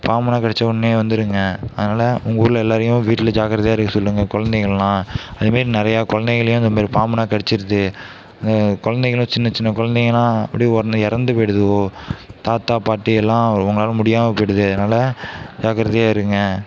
பாம்பபெலாம் கடிச்சவொடன்னே வந்துடுங்க அதனால உங்கள் ஊரில் எல்லோரையும் வீட்டில் ஜாக்கிரதையா இருக்க சொல்லுங்கள் குழந்தைங்கள்லாம் அதேமாரி நிறையா குழந்தைங்களையும் அந்தமாரி பாம்புனா கடிச்சுருது குழந்தைங்களாம் சின்ன சின்ன கொழந்தைங்களாம் அப்படியே ஒன்று இறந்து போய்டுதுவோ தாத்தா பாட்டி எல்லாம் அவங்களால முடியாமல் போய்விடுது அதனால ஜாக்கிரதையா இருங்கள்